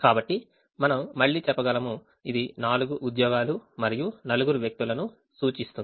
కాబట్టి మనం మళ్ళీ చెప్పగలము ఇది నాలుగు ఉద్యోగాలు మరియు నలుగురు వ్యక్తులను సూచిస్తుంది